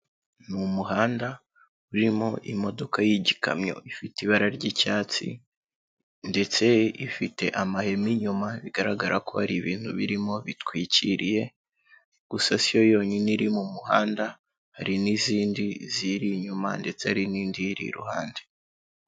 Ni umuhanda urimo imodoka y'igikamyo ifite ibara ry'icyatsi ndetse ifite amahema inyuma bigaragara ko hari ibintu birimo bitwikiriye, gusa si yo yonyine iri mu muhanda hari n'izindi ziyiri inyuma ndetse hari n'indi iyiri iruhande.